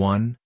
One